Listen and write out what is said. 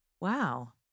Wow